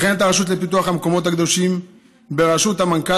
וכן את הרשות לפיתוח המקומות הקדושים בראשות המנכ"ל